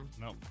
no